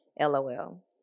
LOL